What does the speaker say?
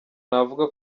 navuga